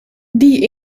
die